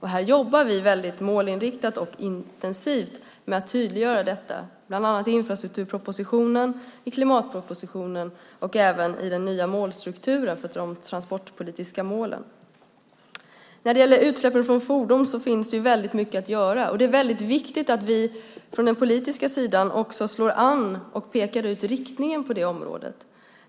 Här jobbar vi väldigt målinriktat och intensivt med att tydliggöra detta, bland annat i infrastrukturpropositionen, i klimatpropositionen och även i den nya målstrukturen för de transportpolitiska målen. När det gäller utsläppen från fordon finns det väldigt mycket att göra, och det är viktigt att vi på den politiska sidan slår an och pekar ut riktningen på det området.